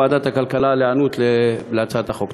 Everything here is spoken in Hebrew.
ועדת הכלכלה על ההיענות להצעת החוק.